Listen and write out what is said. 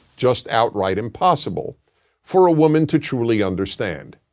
just outright impossible for a woman to truly understand.